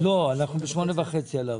לא, אנחנו ב-20:30 על הארנונה.